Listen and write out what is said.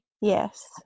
yes